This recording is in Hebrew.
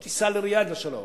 או תיסע לריאד לשלום.